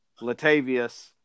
Latavius